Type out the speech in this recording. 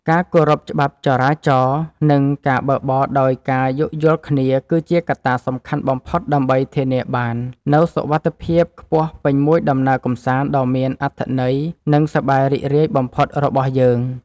ការគោរពច្បាប់ចរាចរណ៍ និង ការបើកបរដោយការយោគយល់គ្នាគឺជាកត្តាសំខាន់បំផុតដើម្បីធានាបាននូវសុវត្ថិភាពខ្ពស់ពេញមួយដំណើរកម្សាន្តដ៏មានអត្ថន័យ និង សប្បាយរីករាយបំផុតរបស់យើង។